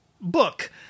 book